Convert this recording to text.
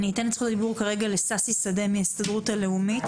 אני אתן את זכות הדיבור כרגע לששי שדה מההסתדרות הלאומית.